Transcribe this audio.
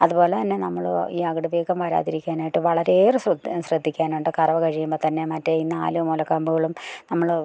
അതു പോലെ തന്നെ നമ്മൾ ഈ അകിട് വീക്കം വരാതിരിക്കാനായിട്ട് വളരെയേറെ ശ്രദ്ധിക്കാനുണ്ട് കറവ കഴിയുമ്പം തന്നെ മറ്റേ ഈ നാല് മുലക്കമ്പുകളും നമ്മൾ